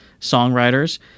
songwriters